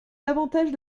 davantage